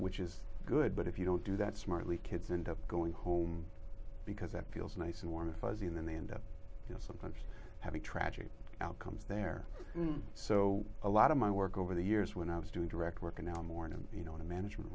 which is good but if you don't do that smartly kids end up going home because that feels nice and warm and fuzzy and then they end up you know sometimes have a tragic outcomes there so a lot of my work over the years when i was doing direct work and now more and you know in a management